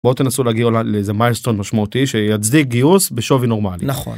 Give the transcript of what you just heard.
בואו תנסו להגיע לאיזה מיילסטון משמעותי שיצדיק גיוס בשווי נורמלי. נכון.